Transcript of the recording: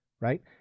right